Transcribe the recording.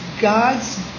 God's